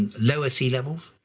lower sea levels,